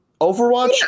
Overwatch